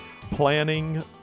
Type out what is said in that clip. planning